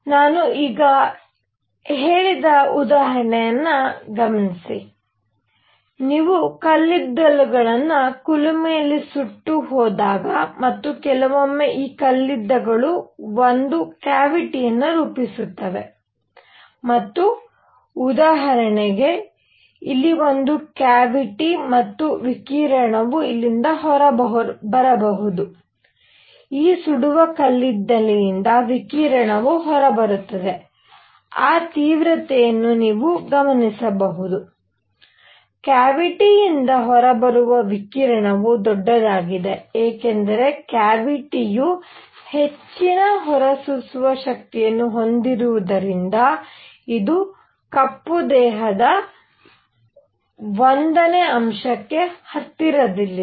ನಾನು ಈಗ ಹೇಳಿದ ಉದಾಹರಣೆ ಗಮನಿಸಿ ನೀವು ಕಲ್ಲಿದ್ದಲುಗಳನ್ನು ಕುಲುಮೆಯಲ್ಲಿ ಸುಟ್ಟುಹೋದಾಗ ಮತ್ತು ಕೆಲವೊಮ್ಮೆ ಈ ಕಲ್ಲಿದ್ದಲುಗಳು ಒಂದು ಕ್ಯಾವಿಟಿಯನ್ನು ರೂಪಿಸುತ್ತವೆ ಮತ್ತು ಉದಾಹರಣೆಗೆ ಇಲ್ಲಿ ಒಂದು ಕ್ಯಾವಿಟಿ ಮತ್ತು ವಿಕಿರಣವು ಇಲ್ಲಿಂದ ಹೊರಬರಬಹುದು ಈ ಸುಡುವ ಕಲ್ಲಿದ್ದಲಿನಿಂದ ವಿಕಿರಣವೂ ಹೊರಬರುತ್ತದೆ ಆ ತೀವ್ರತೆಯನ್ನು ನೀವು ಗಮನಿಸಬಹುದು ಕ್ಯಾವಿಟಿಯಿಂದ ಹೊರಬರುವ ವಿಕಿರಣವು ದೊಡ್ಡದಾಗಿದೆ ಏಕೆಂದರೆ ಕ್ಯಾವಿಟಿಯು ಹೆಚ್ಚಿನ ಹೊರಸೂಸುವ ಶಕ್ತಿಯನ್ನು ಹೊಂದಿರುವುದರಿಂದ ಇದು ಕಪ್ಪು ದೇಹದ ಸಂಖ್ಯೆ1 ಕ್ಕೆ ಹತ್ತಿರದಲ್ಲಿದೆ